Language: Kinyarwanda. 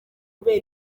kubera